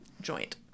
joint